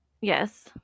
yes